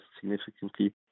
significantly